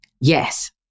Yes